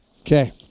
Okay